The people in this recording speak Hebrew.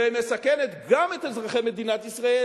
ומסכנת גם את אזרחי מדינת ישראל